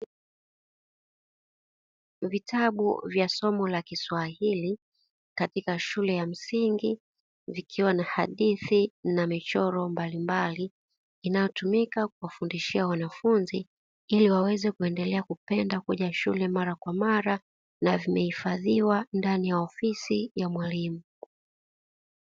Vitabu vya somo la kiswahili katika shule ya msingi, vikiwa na hadithi na michoro mbalimbali; inayotumika kuwafundishia wanafunzi ili waweze kuendelea kupenda kuja shule mara kwa mara na vimehifadhiwa ndani ya ofisi ya mwalimu.